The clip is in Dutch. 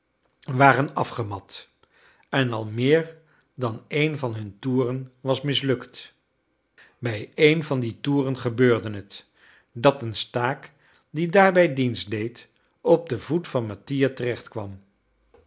waren afgemat en al meer dan een van hun toeren was mislukt bij een van die toeren gebeurde het dat een staak die daarbij dienst deed op den voet van mattia terecht kwam